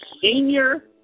senior